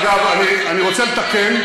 אגב, אני רוצה לתקן.